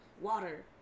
Water